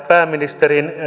pääministerin